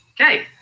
Okay